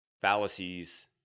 fallacies